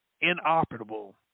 inoperable